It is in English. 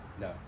No